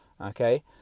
okay